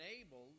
enabled